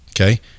okay